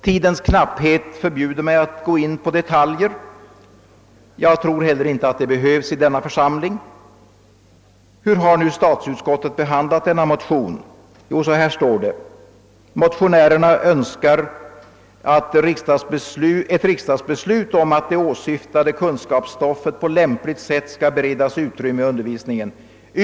Tidens knapphet förbjuder mig att gå in på detaljer — jag tror inte heller att det behövs i denna församling. Hur har nu statsutskottet behandlat denna motion? Utskottet anför följande: »Motionärerna önskar ett riksdagsbeslut om att det åsyftade lärostoffet på lämpligt sätt skall beredas utrymme i undervisningen.